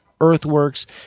earthworks